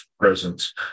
presence